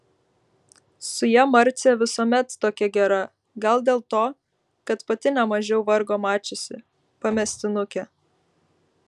su ja marcė visuomet tokia gera gal dėl to kad pati nemažiau vargo mačiusi pamestinukė